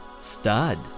Stud